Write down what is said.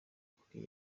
kuri